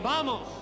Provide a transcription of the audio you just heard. Vamos